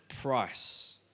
price